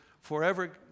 forever